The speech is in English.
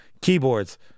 Keyboards